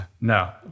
No